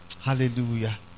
Hallelujah